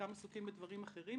חלקם עסוקים בדברים אחרים,